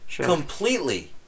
Completely